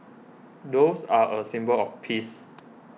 doves are a symbol of peace